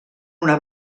una